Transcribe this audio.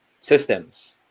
Systems